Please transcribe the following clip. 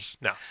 No